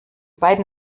beiden